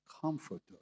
comforter